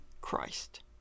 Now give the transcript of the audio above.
Christ